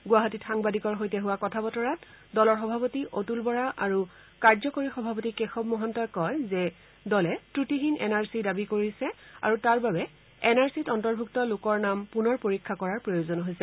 গুৱাহাটীত সাংবাদিকৰ সৈতে হোৱা কথা বতৰাত দলৰ সভাপতি অতুল বৰা আৰু কাৰ্যকৰী সভাপতি কেশৱ মহন্তই কয় যে দলে জ্ুটিহীন এনআৰচি দাবী কৰিছে আৰু তাৰ বাবে এন আৰ চিত অন্তৰ্ভুক্ত লোকৰ নাম পুনৰ পৰীক্ষা কৰাৰ প্ৰয়োজন হৈছে